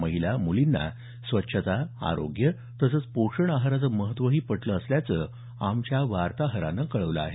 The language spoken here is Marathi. महिला मुलींना स्वच्छता आरोग्य तसंच पोषण आहाराचं महत्त्वही पटलं असल्याचं आमच्या वार्ताहरानं कळवलं आहे